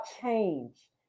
change